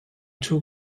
two